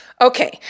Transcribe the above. Okay